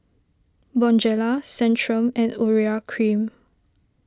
Bonjela Centrum and Urea Cream